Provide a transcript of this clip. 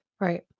Right